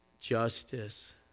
Justice